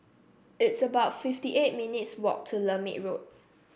it's about fifty eight minutes' walk to Lermit Road